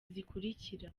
zikurikira